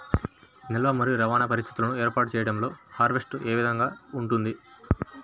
నిల్వ మరియు రవాణా పరిస్థితులను ఏర్పాటు చేయడంలో హార్వెస్ట్ ఏ విధముగా ఉంటుంది?